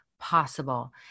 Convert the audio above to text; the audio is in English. Possible